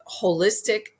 holistic